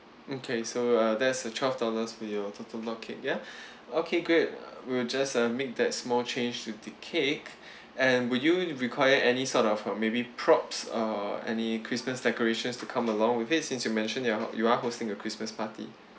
okay so uh that's a twelve dollars for your total log cake ya okay great we'll just uh make that small change to the cake and would you require any sort of uh maybe props err any christmas decorations to come along with it since you mentioned you're you are hosting a christmas party